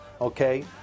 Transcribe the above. okay